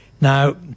Now